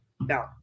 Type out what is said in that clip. Now